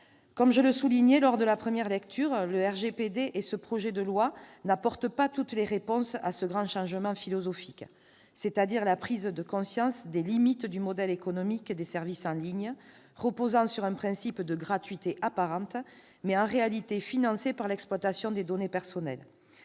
Comme je le soulignais lors de la première lecture, le RGPD et ce projet de loi n'apportent pas toutes les réponses à « ce grand changement philosophique », c'est-à-dire la prise de conscience des limites du modèle économique des services en ligne reposant sur un principe de gratuité apparente, mais en réalité financé par l'exploitation des données personnelles.